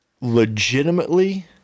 legitimately